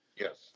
yes